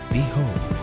Behold